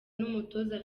n’umutoza